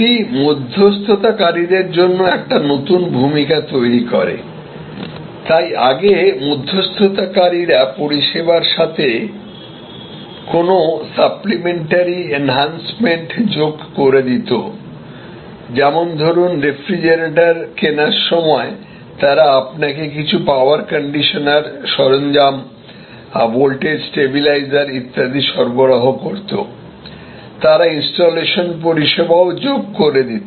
এটি মধ্যস্থতাকারীদের জন্য এই নতুন ভূমিকা তৈরি করে তাই আগে মধ্যস্থতাকারীরা পরিষেবার সাথে কোন সাপ্লিমেন্টারি এনহান্সমেন্ট যোগ করে দিতো যেমন ধরুন রেফ্রিজারেটর কেনার সময় তারা আপনাকে কিছু পাওয়ার কন্ডিশনার সরঞ্জাম ভোল্টেজ স্ট্যাবিলাইজার ইত্যাদি সরবরাহ করত তারা ইনস্টলেশন পরিষেবাও যোগ করে দিতো